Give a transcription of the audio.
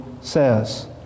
says